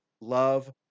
love